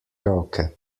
roke